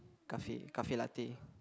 cafe cafe latte